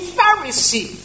Pharisee